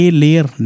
layer